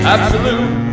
Absolute